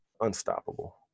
Unstoppable